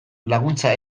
laguntza